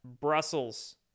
Brussels